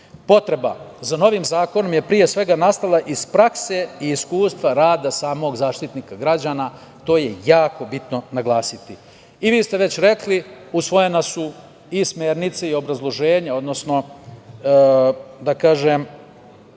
za novim zakonom je nastala iz prakse i iskustva rada samog Zaštitnika građana. To je jako bitno naglasiti. Vi ste već rekli da su usvojene i smernice i obrazloženja, odnosno, da kažem,